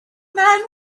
man